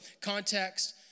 context